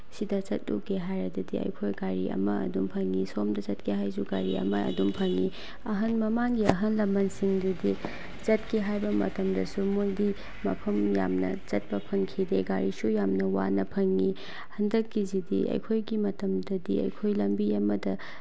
ꯁꯤꯗ ꯆꯠꯂꯨꯒꯦ ꯍꯥꯏꯔꯗꯗꯤ ꯑꯩꯈꯣꯏ ꯒꯥꯔꯤ ꯑꯃ ꯑꯗꯨꯝ ꯐꯪꯉꯤ ꯁꯣꯝꯗ ꯆꯠꯀꯦ ꯍꯥꯏꯁꯨ ꯒꯥꯔꯤ ꯑꯃ ꯑꯗꯨꯝ ꯐꯪꯉꯤ ꯑꯍꯜ ꯃꯃꯥꯡꯒꯤ ꯑꯍꯜ ꯂꯃꯟꯁꯤꯡꯗꯨꯗꯤ ꯆꯠꯀꯦ ꯍꯥꯏꯕ ꯃꯇꯝꯗꯁꯨ ꯃꯣꯏꯗꯤ ꯃꯐꯝ ꯌꯥꯝꯅ ꯆꯠꯄ ꯐꯪꯈꯤꯗꯦ ꯒꯥꯔꯤꯁꯨ ꯌꯥꯝꯅ ꯋꯥꯅ ꯐꯪꯉꯤ ꯍꯟꯗꯛꯀꯤꯁꯤꯗꯤ ꯑꯩꯈꯣꯏꯒꯤ ꯃꯇꯝꯗꯗꯤ ꯑꯩꯈꯣꯏ ꯂꯝꯕꯤ ꯑꯃꯗ